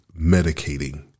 medicating